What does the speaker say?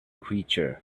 creature